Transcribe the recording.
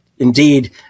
indeed